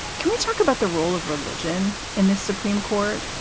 can we talk about the role of religion in this supreme court?